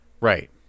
Right